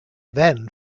then